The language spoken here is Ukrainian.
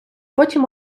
потім